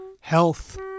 health